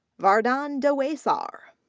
vardaan dawesar,